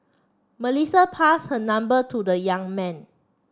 Melissa pass her number to the young man